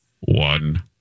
One